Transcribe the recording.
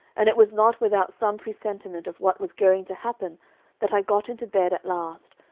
and it was not without some presentiment of what was going to happen that i got into bed at last,